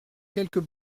quelques